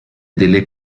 delle